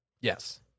Yes